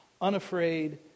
unafraid